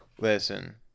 Listen